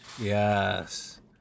Yes